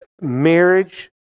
marriage